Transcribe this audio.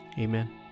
Amen